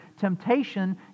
Temptation